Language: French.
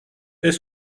est